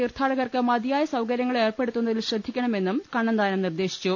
തീർത്ഥാടകർക്ക് മതിയായ സൌകര്യങ്ങൾ ഏർപ്പെടുത്തുന്നതിൽ ശ്രദ്ധിക്കണമെന്നും കണ്ണന്താനം നിർദേശിച്ചു